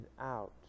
out